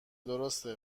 درسته